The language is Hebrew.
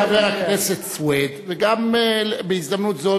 היא אמרה לחבר הכנסת סוייד וגם בהזדמנות זו